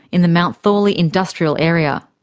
in the mount thorley industrial area.